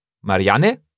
Marianne